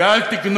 כי אל תגנוב